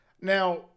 Now